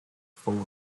full